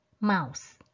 Mouse